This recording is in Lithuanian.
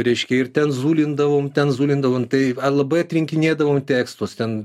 reiškia ir ten zulindavome ten zulindavome tai labai atrinkinėdavom tekstus ten